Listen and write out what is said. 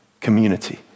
community